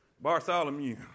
Bartholomew